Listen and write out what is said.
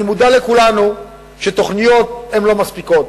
אני מודע שתוכניות הן לא מספיקות.